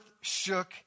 shook